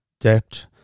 depth